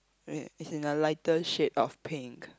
oh yeah as in a lighter shade of pink